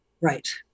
Right